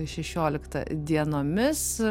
šešioliktą dienomis